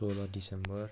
सोह्र दिसम्बर